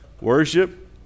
Worship